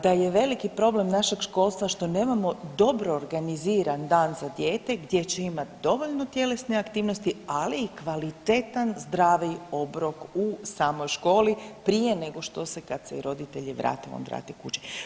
Da je veliki problem našeg školstva što nemamo dobro organiziran dan za dijete gdje će imati dovoljno tjelesne aktivnosti, ali i kvalitetan zdravi obrok u samoj školi prije nego što se kad se i roditelji vrate on vrati kući.